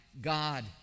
God